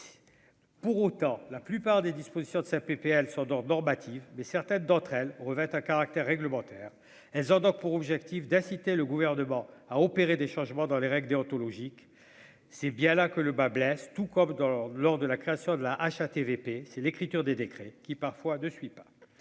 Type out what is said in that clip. Pour autant, la plupart des dispositions de sa PPA, elle s'endort normative, mais certaines d'entre elles revêtent un caractère réglementaire, elles ont donc pour objectif d'inciter le gouvernement à opérer des changements dans les règles déontologiques, c'est bien là que le bât blesse, tout comme dans l'lors de la création de la HATVP, c'est l'écriture des décrets qui, parfois, de suite,